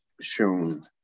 shown